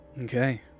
Okay